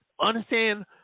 Understand